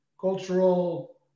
cultural